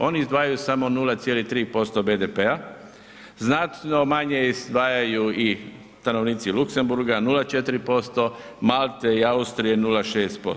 Oni izdvajaju samo 0,3% BDP-a, znatno manje izdvajaju i stanovnici Luksemburga, 0,4%, Malte i Austrije 0,6%